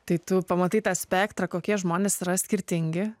tai tu pamatai tą spektrą kokie žmonės yra skirtingi